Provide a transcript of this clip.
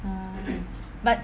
but